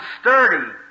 sturdy